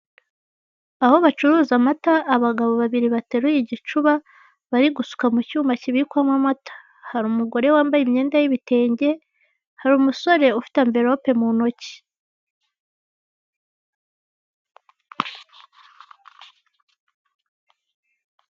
Aho bacuruza amata hari abagabo babiri bateruye ibicuba bari gusuka mu icyuma kibikwamo amata, hari umugore wambaye imyenda y'ibitenge, hari umusore ufite amverope mu intoki.